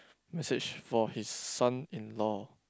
message for his son-in-law